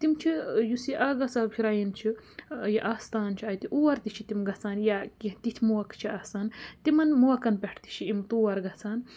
تِم چھِ یُس یہ آغا صاحب شرٛایِن چھُ یہِ آستان چھِ اَتہِ اور تہِ چھِ تِم گژھان یا کیٚنٛہہ تِتھ موقعہٕ چھِ آسان تِمَن موقعَن پٮ۪ٹھ تہِ چھِ یِم تور گژھان